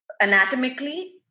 anatomically